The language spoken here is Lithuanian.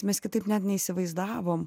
mes kitaip net neįsivaizdavom